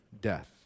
death